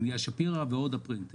אניה שפירא ועוד פרינט.